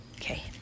Okay